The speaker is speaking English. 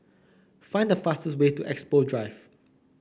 find the fastest way to Expo Drive